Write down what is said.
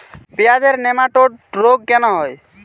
পেঁয়াজের নেমাটোড রোগ কেন হয়?